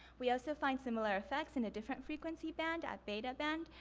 we also find similar effects in a different frequency band, at beta band.